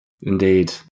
Indeed